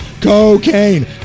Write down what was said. Cocaine